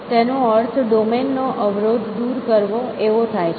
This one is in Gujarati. તેનો અર્થ ડોમેન નો અવરોધ દૂર કરવો એવો થાય છે